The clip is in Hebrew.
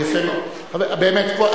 יפה מאוד.